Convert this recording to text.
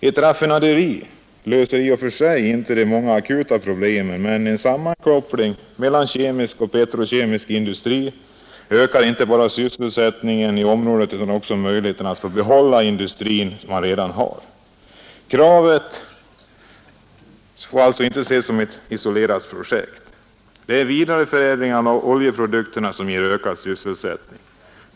Ett raffinaderi löser i och för sig inte de många akuta problemen, men en sammankoppling mellan kemisk och petrokemisk industri ökar inte bara sysselsättningen i området utan också möjligheten att få behålla den industri man redan har. Kravet får alltså inte ses som ett isolerat projekt. Det är vidareförädlingen av oljeprodukterna som ger ökad sysselsättning.